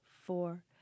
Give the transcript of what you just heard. four